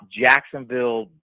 Jacksonville